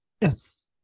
Yes